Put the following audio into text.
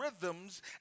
rhythms